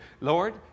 Lord